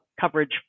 coverage